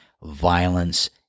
violence